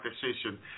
decision